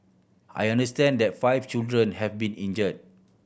I understand that five children have been injured